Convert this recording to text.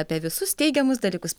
apie visus teigiamus dalykus